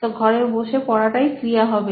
তো ঘরে বসে পড়াটাই ক্রিয়া হবে